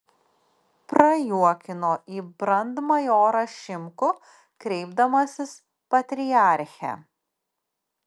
prajuokino į brandmajorą šimkų kreipdamasis patriarche